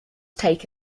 take